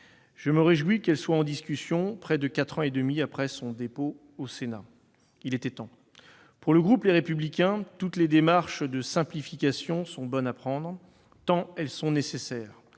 Je me réjouis que ce texte soit en discussion, près de quatre ans et demi après son dépôt au Sénat. Il était temps ! Pour le groupe Les Républicains, toutes les démarches de simplification sont bonnes à prendre, tant elles sont nécessaires.